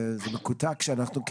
אתה מקוטע.